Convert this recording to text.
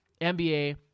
NBA